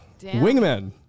wingman